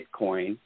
Bitcoin